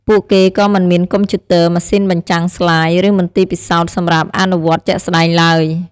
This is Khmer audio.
ពួកគេក៏មិនមានកុំព្យូទ័រ ម៉ាស៊ីនបញ្ចាំងស្លាយ ឬមន្ទីរពិសោធន៍សម្រាប់អនុវត្តជាក់ស្តែងឡើយ។